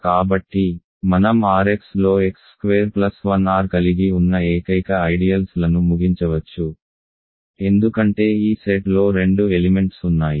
కాబట్టి మనం R xలో x స్క్వేర్ ప్లస్ 1 R కలిగి ఉన్న ఏకైక ఐడియల్స్ లను ముగించవచ్చు ఎందుకంటే ఈ సెట్లో రెండు ఎలిమెంట్స్ ఉన్నాయి